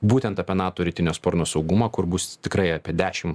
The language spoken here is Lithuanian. būtent apie nato rytinio sparno saugumą kur bus tikrai apie dešimt